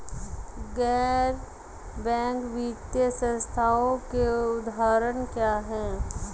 गैर बैंक वित्तीय संस्थानों के उदाहरण क्या हैं?